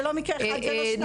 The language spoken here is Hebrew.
זה לא מקרה אחד ולא שניים.